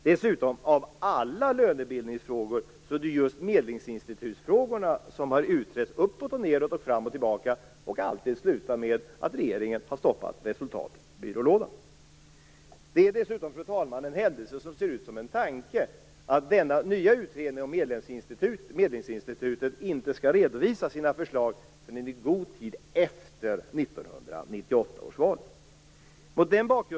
Dessutom: Av alla lönebildningsfrågor, har just medlingsinstitutsfrågorna utretts uppåt och nedåt och fram och tillbaka, och det har alltid slutat med att regeringen har stoppat resultaten i byrålådan. Dessutom är det, fru talman, en händelse som ser ut som en tanke att denna nya utredning om medlingsinstitutet inte skall redovisa sina förslag förrän i god tid efter 1998 års val.